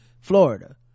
Florida